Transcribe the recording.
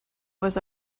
was